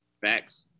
Facts